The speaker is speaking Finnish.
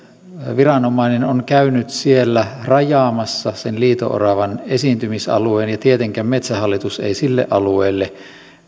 viranomainen on käynyt rajaamassa sen liito oravan esiintymisalueen ja tietenkään metsähallitus ei sille alueelle